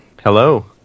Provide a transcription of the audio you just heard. Hello